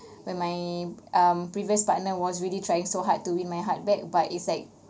when my um previous partner was really trying so hard to win my heart back but it's like